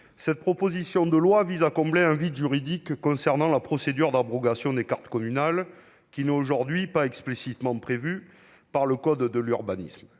cette proposition de loi vise à combler un vide juridique concernant la procédure d'abrogation des cartes communales, qui n'est aujourd'hui pas explicitement prévue par le code de l'urbanisme.